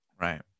right